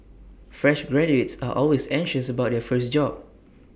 fresh graduates are always anxious about their first job